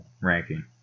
ranking